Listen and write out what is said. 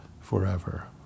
forever